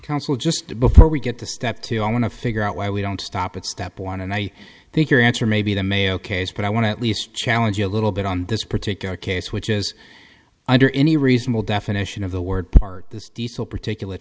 council just before we get to step two i want to figure out why we don't stop at step one and i think your answer may be the mayo case but i want to at least challenge you a little bit on this particular case which is under any reasonable definition of the word part this diesel particular